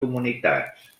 comunitats